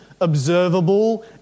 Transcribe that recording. observable